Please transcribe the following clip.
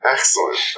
Excellent